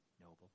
noble